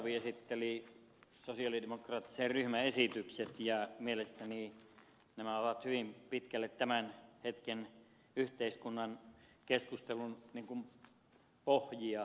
filatov esitteli sosialidemokraattisen ryhmän esitykset ja mielestäni nämä ovat hyvin pitkälle tämän hetken yhteiskunnan keskustelun pohjia